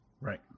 Right